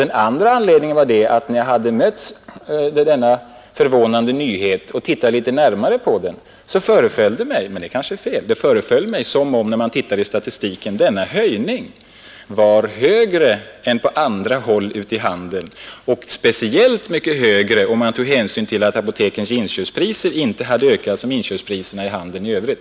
En annan anledning var att när jag möttes av denna förvånande nyhet föreföll det mig — det är kanske fel, men det tycktes mig så mot bakgrunden av statistiken — som om höjningen var högre än på andra håll i handeln och speciellt mycket högre, om man tog hänsyn till att apotekens inköpspriser inte ökat lika mycket som inköpspriserna i handeln i övrigt.